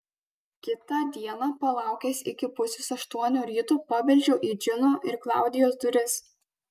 kitą dieną palaukęs iki pusės aštuonių ryto pabeldžiau į džino ir klaudijos duris